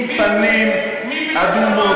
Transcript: עם פנים אדומות,